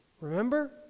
remember